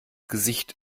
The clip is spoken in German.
gesicht